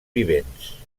vivents